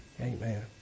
Amen